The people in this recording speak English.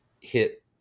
hit